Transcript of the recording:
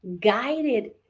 guided